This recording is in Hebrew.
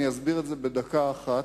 אני אסביר את זה בדקה אחת.